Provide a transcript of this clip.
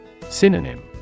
Synonym